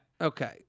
Okay